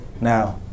Now